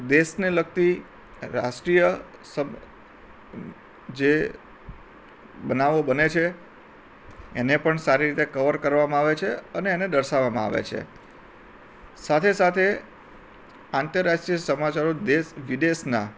દેશને લગતી રાષ્ટ્રીય જે બનાવો બને છે એને પણ સારી રીતે કવર કરવામાં આવે છે અને એને દર્શાવવામાં આવે છે સાથે સાથે આંતરરાષ્ટ્રીય સમાચારો દેશ વિદેશનાં